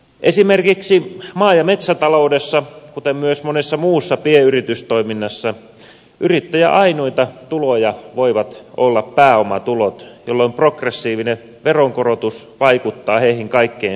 esimerkiksi maa ja metsätaloudessa kuten myös monessa muussa pienyritystoiminnassa yrittäjän ainoita tuloja voivat olla pääomatulot jolloin progressiivinen veronkorotus vaikuttaa heihin kaikkein eniten